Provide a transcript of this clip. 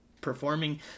performing